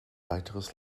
weiteres